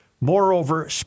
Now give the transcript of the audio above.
Moreover